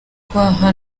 kwaha